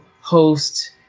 host